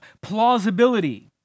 plausibility